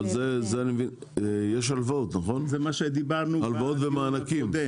לזה יש הלוואות ומענקים, נכון?